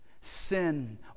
Sin